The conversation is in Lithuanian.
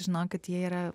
žinokit jie yra